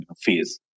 phase